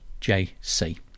jc